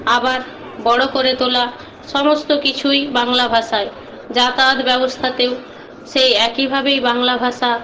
আবার বড় করে তোলা সমস্ত কিছুই বাংলা ভাষায় যাতায়াত ব্যবস্থাতেও সেই একইভাবেই বাংলা ভাষা